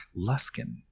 Luskin